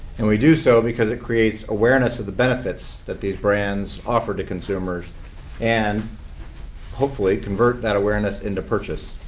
and we do so because it creates awareness of the benefits that these brands offer to consumers and hopefully convert that awareness into purchase.